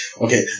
okay